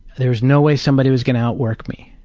there was no way somebody was gonna outwork me.